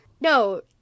no